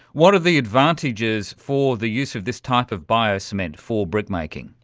what are the advantages for the use of this type of bio-cement for brickmaking?